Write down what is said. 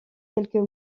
quelques